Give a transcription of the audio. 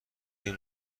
این